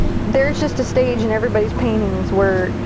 there's just a stage in everybody's paintings where,